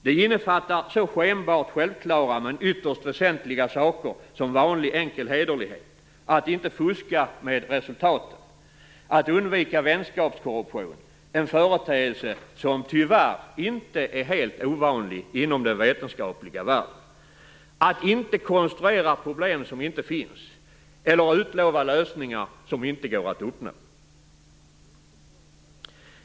Det innefattar så skenbart självklara men ytterst väsentliga saker som vanlig, enkel hederlighet; att inte fuska med resultaten, att undvika vänskapskorruption - en företeelse som tyvärr inte är helt ovanlig inom den vetenskapliga världen -, att inte konstruera problem som inte finns eller att inte utlova lösningar som inte går att uppnå.